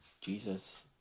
Jesus